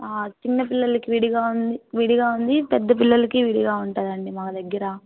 చిన్న పిల్లలకి విడిగా ఉంది విడిగా ఉంది పెద్ద పిల్లలకి విడిగా ఉంటుందండి మా దగ్గర